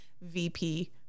VP